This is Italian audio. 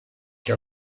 che